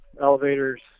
elevators